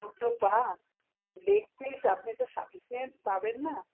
অতটা leg piece আপনি তো সাফিসিয়েন্ট পাবেন না